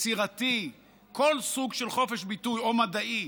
יצירתי או מדעי,